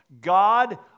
God